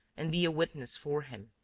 and be a witness for him,